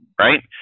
right